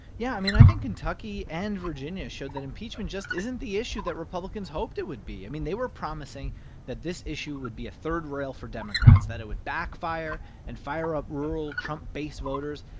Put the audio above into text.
yeah. i mean, i think kentucky and virginia showed that impeachment just isn't the issue that republicans hoped it would be. i mean, they were promising that this issue would be a third rail for democrats, that it would backfire and fire up rural trump-base voters.